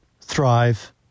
thrive